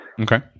okay